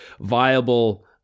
viable